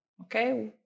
Okay